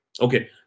Okay